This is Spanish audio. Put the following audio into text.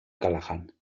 callahan